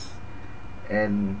and